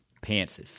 pants